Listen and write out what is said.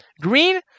Green